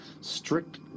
strict